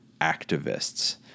activists